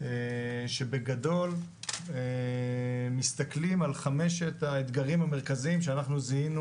שבגדול מסתכלים על חמשת האתגרים המרכזיים שזיהינו